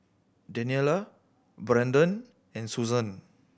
Daniela Braedon and Suzan